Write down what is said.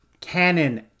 Canon